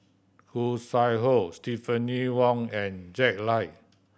Khoo Sui Hoe Stephanie Wong and Jack Lai